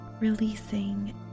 releasing